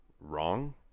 wrong